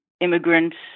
immigrants